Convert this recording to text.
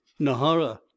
nahara